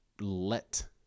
let